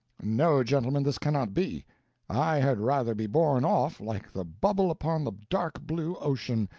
no, gentlemen, this cannot be i had rather be borne off, like the bubble upon the dark blue ocean,